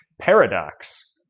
Paradox